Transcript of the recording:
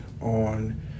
on